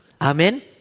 Amen